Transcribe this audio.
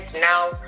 now